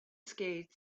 skates